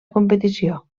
competició